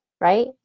right